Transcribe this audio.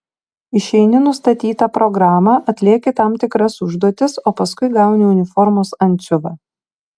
išeini nustatytą programą atlieki tam tikras užduotis o paskui gauni uniformos antsiuvą